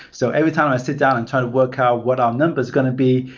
so every time i sit down and try to work out what our number is going to be,